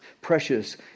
Precious